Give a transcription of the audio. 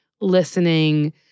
listening